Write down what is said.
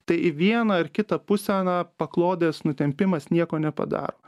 tai į vieną ar kitą pusę na paklodės nutempimas nieko nepadaro